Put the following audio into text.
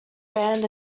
band